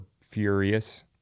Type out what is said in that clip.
furious